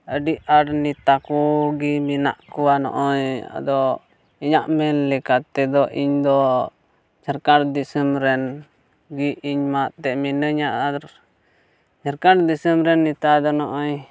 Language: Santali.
ᱟᱹᱰᱤ ᱟᱸᱴ ᱱᱮᱛᱟ ᱠᱚᱜᱮ ᱢᱮᱱᱟᱜ ᱠᱚᱣᱟ ᱱᱚᱜᱼᱚᱭ ᱟᱫᱚ ᱤᱧᱟᱹᱜ ᱢᱮᱱ ᱞᱮᱠᱟᱛᱮᱫᱚ ᱤᱧᱫᱚ ᱡᱷᱟᱲᱠᱷᱚᱸᱰ ᱫᱤᱥᱚᱢ ᱨᱮᱱ ᱜᱤ ᱤᱧ ᱢᱟᱛᱚ ᱢᱤᱱᱟᱹᱧᱟ ᱟᱨ ᱡᱷᱟᱲᱠᱷᱚᱸᱰ ᱫᱤᱥᱚᱢ ᱨᱮᱱ ᱱᱮᱛᱟ ᱫᱚ ᱱᱚᱜᱼᱚᱭ